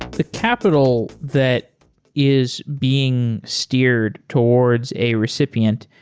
the capital that is being steered towards a recipient,